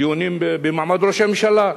דיונים במעמד ראש הממשלה,